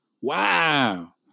Wow